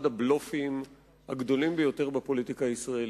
הבלופים הגדולים ביותר בפוליטיקה הישראלית.